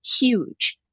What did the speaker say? huge